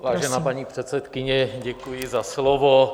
Vážená paní předsedkyně, děkuji za slovo.